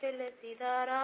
let's see.